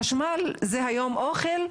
חשמל זה היום אוכל,